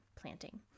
planting